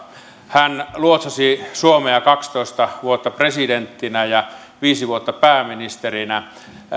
hän luotsasi suomea kaksitoista vuotta presidenttinä ja viisi vuotta pääministerinä